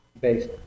based